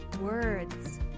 words